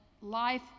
life